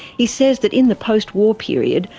he says that in the post-war period,